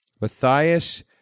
Matthias